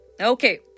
Okay